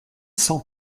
cent